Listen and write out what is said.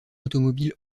automobile